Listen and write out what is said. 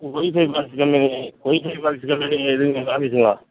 wifi box company wifi box company இதுங்க ஆஃபீஸுங்களா